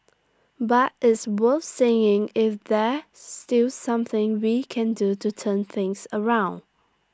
but it's worth saying if that still something we can do to turn things around